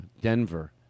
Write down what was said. Denver